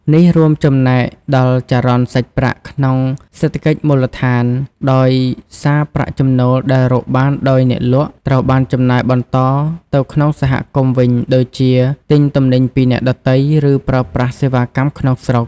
នេះរួមចំណែកដល់ចរន្តសាច់ប្រាក់ក្នុងសេដ្ឋកិច្ចមូលដ្ឋាន ដោយសារប្រាក់ចំណូលដែលរកបានដោយអ្នកលក់ ត្រូវបានចំណាយបន្តនៅក្នុងសហគមន៍វិញ ដូចជាទិញទំនិញពីអ្នកដទៃ ឬប្រើប្រាស់សេវាកម្មក្នុងស្រុក។